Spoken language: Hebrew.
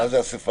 מה זה אספה?